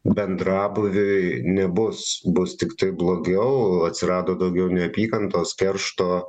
bendrabūviui nebus bus tiktai blogiau atsirado daugiau neapykantos keršto